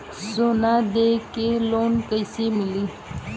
सोना दे के लोन कैसे मिली?